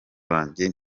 banjye